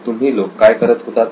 तुम्ही लोक काय करत होतात